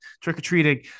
trick-or-treating